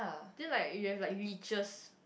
then like you have like religious